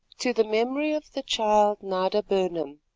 to the memory of the child nada burnham,